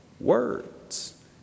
Words